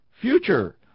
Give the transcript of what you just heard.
future